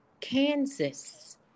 Kansas